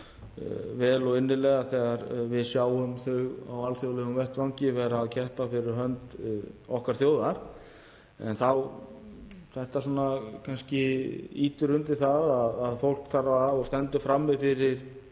vel og innilega þegar við sjáum það á alþjóðlegum vettvangi vera að keppa fyrir hönd okkar þjóðar — en þetta kannski ýtir undir það að fólk stendur frammi fyrir